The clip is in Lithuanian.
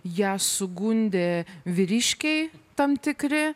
ją sugundė vyriškiai tam tikri